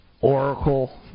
Oracle